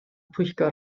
pwyllgor